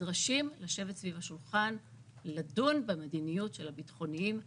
נדרשים לשבת סביב השולחן ולדון במדיניות של הביטחוניים מחדש.